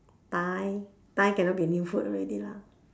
pie pie cannot be a new food already lah